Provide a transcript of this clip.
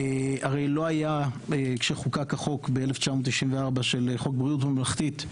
הרי הן לא היו כשחוקק חוק בריאות ממלכתי ב-1994.